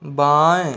बाएँ